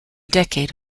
decade